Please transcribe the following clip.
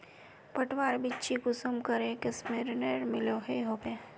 पटवार बिच्ची कुंसम करे किस्मेर मिलोहो होबे?